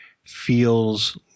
feels